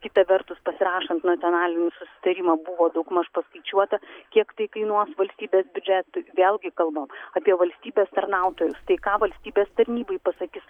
kita vertus pasirašant nacionalinį susitarimą buvo daugmaž paskaičiuota kiek tai kainuos valstybės biudžetui vėlgi kalbam apie valstybės tarnautojus tai ką valstybės tarnybai pasakys